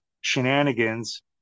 shenanigans